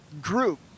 group